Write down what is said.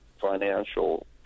financial